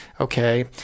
okay